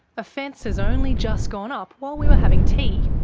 a fence has only just gone up while we were having tea,